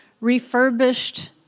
refurbished